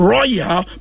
Royal